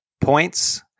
points